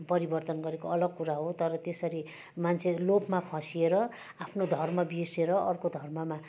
परिवर्तन गरेको अलग कुरा हो तर त्यसरी मान्छे लोभमा फसिएर आफ्नो धर्म बिर्सिएर अर्को धर्ममा